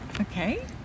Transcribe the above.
okay